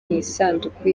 isanduku